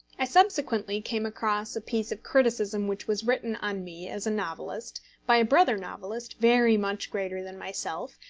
i subsequently came across a piece of criticism which was written on me as a novelist by a brother novelist very much greater than myself,